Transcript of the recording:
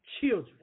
children